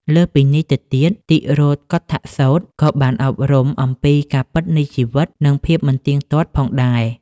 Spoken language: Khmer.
លើសពីនេះទៅទៀត តិរោកុឌ្ឍសូត្រក៏បានអប់រំអំពីការពិតនៃជីវិត និងភាពមិនទៀងទាត់ផងដែរ។